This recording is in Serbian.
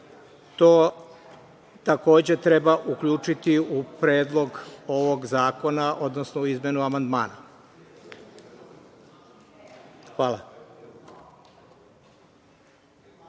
to takođe treba uključiti u predlog ovog zakona, odnosno u izmenu amandmana. Hvala.